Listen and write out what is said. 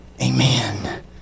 Amen